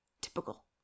Typical